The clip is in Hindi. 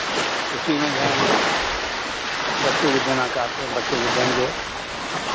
उसी में जो हैं बच्चे को देना चाहते हैं बच्चे को देंगे